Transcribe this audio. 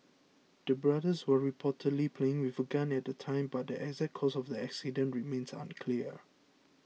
the brothers were reportedly playing with a gun at the time but the exact cause of the accident remains unclear